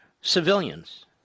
civilians